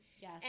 Yes